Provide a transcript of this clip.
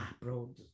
Bro